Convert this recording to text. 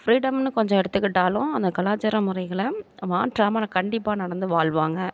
ஃப்ரீடம்ன்னு கொஞ்சம் எடுத்துக்கிட்டாலும் அந்த கலாச்சார முறைகளை மாற்றாமல் நான் கண்டிப்பாக நடந்து வாழ்வாங்க